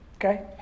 okay